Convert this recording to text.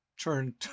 turn